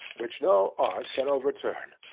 which no art can overturn,